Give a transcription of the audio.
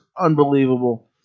unbelievable